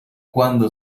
cuándo